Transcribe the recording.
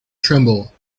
tremble